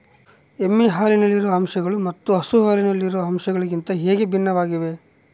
ಎಮ್ಮೆ ಹಾಲಿನಲ್ಲಿರುವ ಅಂಶಗಳು ಮತ್ತು ಹಸು ಹಾಲಿನಲ್ಲಿರುವ ಅಂಶಗಳಿಗಿಂತ ಹೇಗೆ ಭಿನ್ನವಾಗಿವೆ?